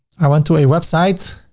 i went to a website